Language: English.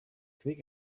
quick